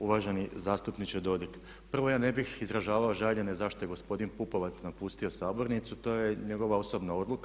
Uvaženi zastupniče Dodig, prvo ja ne bih izražavao žaljenje zašto je gospodin Pupovac napustio sabornicu, to je njegova osobna odluka.